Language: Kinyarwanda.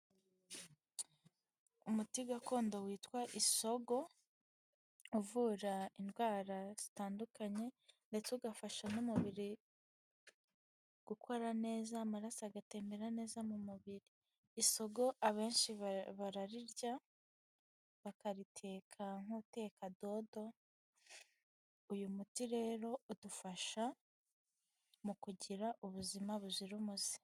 Umuti gakondo witwa isogo uvura indwara zitandukanye ndetse ugafasha n'umubiri gukora neza, amaraso agatembera neza mu mubiri. Isogo abenshi bararirya, bakariteka nk'uteka dodo. Uyu muti rero udufasha mu kugira ubuzima buzira umuze.